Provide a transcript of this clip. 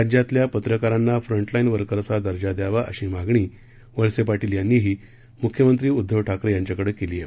राज्यातल्या पत्रकारांना फ्रंटलाईन वर्करचा दर्जा द्यावा अशी मागणी गृहमंत्री दिलीप वळसे पाटील यांनीही मुख्यमंत्री उद्धव ठाकरे यांच्याकडे केली आहे